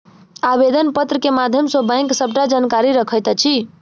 आवेदन पत्र के माध्यम सॅ बैंक सबटा जानकारी रखैत अछि